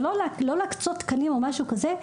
זה לא להקצות תקנים או משהו כזה,